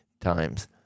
times